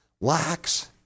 lacks